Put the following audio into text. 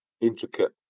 intricate